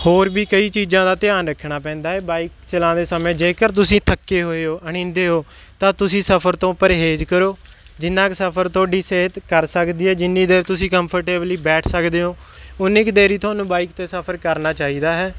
ਹੋਰ ਵੀ ਕਈ ਚੀਜ਼ਾਂ ਦਾ ਧਿਆਨ ਰੱਖਣਾ ਪੈਂਦਾ ਹੈ ਬਾਈਕ ਚਲਾਉਂਦੇ ਸਮੇਂ ਜੇਕਰ ਤੁਸੀਂ ਥੱਕੇ ਹੋਏ ਹੋ ਅਨੀਂਦੇ ਹੋ ਤਾਂ ਤੁਸੀਂ ਸਫ਼ਰ ਤੋਂ ਪਰਹੇਜ ਕਰੋ ਜਿੰਨਾ ਕੁ ਸਫ਼ਰ ਤੁਹਾਡੀ ਸਿਹਤ ਕਰ ਸਕਦੀ ਹੈ ਜਿੰਨੀ ਦੇਰ ਤੁਸੀਂ ਕੰਫਰਟੇਬਲਲੀ ਬੈਠ ਸਕਦੇ ਹੋ ਉੰਨੀ ਕੁ ਦੇਰ ਹੀ ਤੁਹਾਨੂੰ ਬਾਈਕ 'ਤੇ ਸਫ਼ਰ ਕਰਨਾ ਚਾਹੀਦਾ ਹੈ